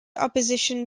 opposition